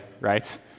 right